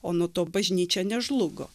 o nuo to bažnyčia nežlugo